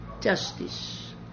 justice